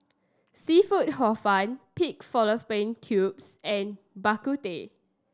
seafood Hor Fun pig fallopian tubes and Bak Kut Teh